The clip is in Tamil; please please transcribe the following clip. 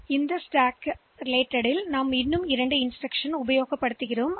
பின்னர் அந்த இடத்திலிருந்து புஷ் மற்றும் பாப் போன்ற சில வழிமுறைகளைப் பயன்படுத்தலாம்